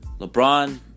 LeBron